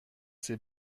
ses